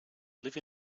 live